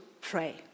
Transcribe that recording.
pray